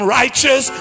righteous